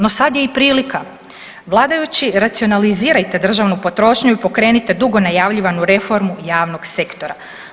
No sad je i prilika, vladajući racionalizirajte državnu potrošnju i pokrenite dugo najavljivanu reformu javnog sektora.